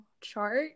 chart